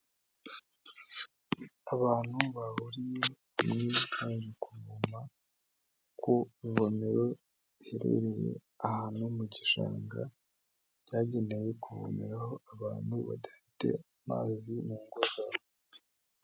Abantu bahuriye ni kuvoma ku rubonero iherereye ahantu mu gishanga cyagenewe kuvomeraho abantu badafite amazi mu ngo zabo.